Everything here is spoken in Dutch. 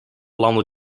landen